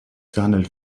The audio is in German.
gehandelt